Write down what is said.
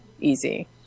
Easy